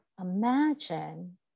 imagine